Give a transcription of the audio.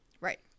Right